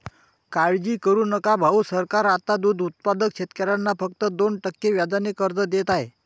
काळजी करू नका भाऊ, सरकार आता दूध उत्पादक शेतकऱ्यांना फक्त दोन टक्के व्याजाने कर्ज देत आहे